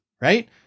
right